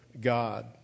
God